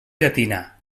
llatina